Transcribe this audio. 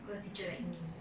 because teacher like me